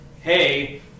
hey